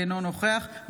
אינו נוכח קטי קטרין שטרית,